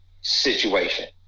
situation